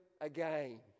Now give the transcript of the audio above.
again